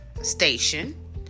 station